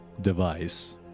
device